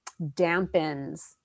dampens